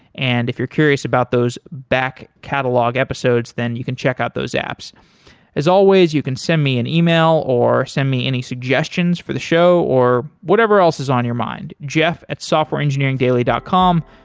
and if you're curious about those back catalogue episodes, then you can check out those apps as always, you can send me and an e-mail or send me any suggestions for the show, or whatever else is on your mind, jeff at softwareengineeringdaily dot com.